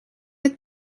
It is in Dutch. het